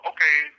Okay